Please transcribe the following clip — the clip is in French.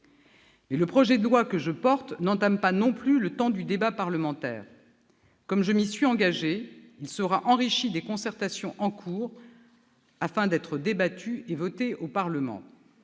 Le projet de loi que je porte n'entame pas non plus le temps du débat parlementaire. Comme je m'y suis engagée, il sera enrichi des concertations en cours afin qu'elles puissent être débattues et votées au Parlement.